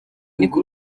niko